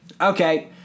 Okay